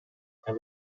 how